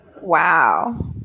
Wow